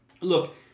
look